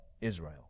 Israel